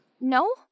No